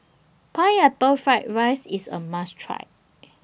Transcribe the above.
Pineapple Fried Rice IS A must Try